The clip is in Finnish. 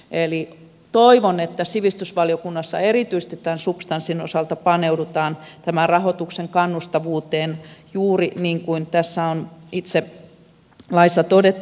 eli toivon että sivistysvaliokunnassa erityisesti tämän substanssin osalta paneudutaan rahoituksen kannustavuuteen juuri niin kuin tässä on itse laissa todettu